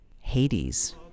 Hades